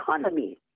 economy